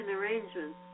arrangements